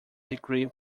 degree